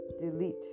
delete